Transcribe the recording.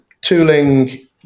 tooling